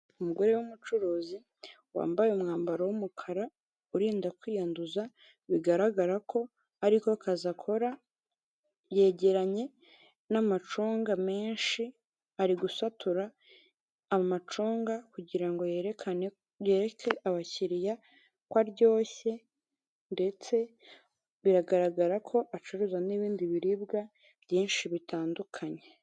Umugore w'umucuruzi wambaye umwambaro w'umukara urinda kwiyanduza, bigaragara ko ariko kazi akora, yegeranye n'amacunga menshi, ari gusatura amacunga kugirango yereke abakiriya ko aryoshye, ndetse biragaragara ko acuruza n'ibindi biribwa byinshi bitandukanye.